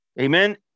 Amen